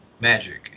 magic